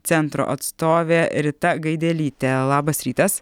centro atstovė rita gaidelytė labas rytas